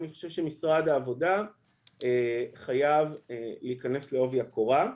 אני חושב שמשרד העבודה חייב להיכנס לעובי הקורה,